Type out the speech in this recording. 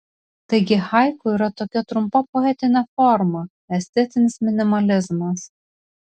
taigi haiku yra tokia trumpa poetinė forma estetinis minimalizmas